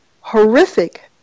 horrific